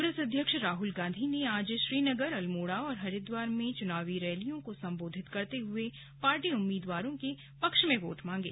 कांग्रेस अध्यक्ष राहुल गांधी ने आज श्रीनगर अल्मोड़ा और हरिद्वार में चुनाव रैलियों को संबोधित करते हुए पार्टी उम्मीदवारों के लिए योट मांगे